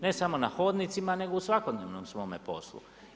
Ne samo na hodnicima nego u svakodnevnom svome poslu.